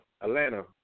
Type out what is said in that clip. Atlanta